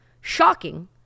shocking